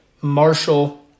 Marshall